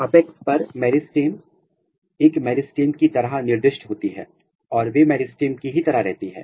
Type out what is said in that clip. apex पर meristem एक meristem की तरह निर्दिष्ट होती है और वे मेरिस्टेम की ही तरह रहती है